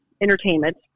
entertainment